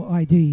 id